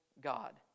God